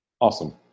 Awesome